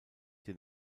den